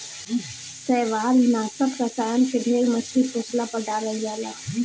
शैवालनाशक रसायन के ढेर मछली पोसला पर डालल जाला